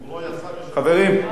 חברים,